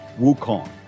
Wukong